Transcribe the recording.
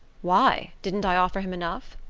why? didn't i offer him enough?